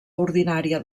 ordinària